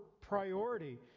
priority